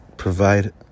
provide